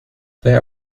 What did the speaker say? there